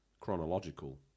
chronological